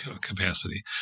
capacity